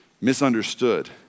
misunderstood